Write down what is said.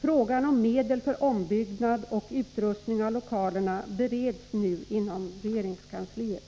Frågan om medel för ombyggnad och utrustning av lokalerna bereds nu inom regeringskansliet.